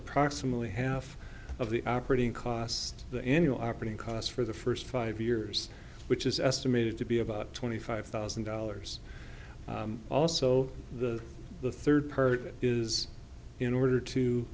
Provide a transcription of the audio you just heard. approximately half of the operating cost the annual operating cost for the first five years which is estimated to be about twenty five thousand dollars also the the third part is in order to